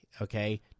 Okay